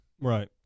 Right